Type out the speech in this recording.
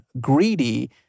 greedy